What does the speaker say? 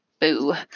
Boo